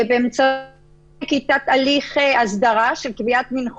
הצעת החוק מתייחסת להיבט צר ומצומצם של הנגשת מידע